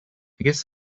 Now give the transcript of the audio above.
guess